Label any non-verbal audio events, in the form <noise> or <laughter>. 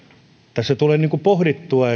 tässä tulee pohdittua <unintelligible>